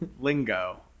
lingo